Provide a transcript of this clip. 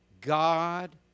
God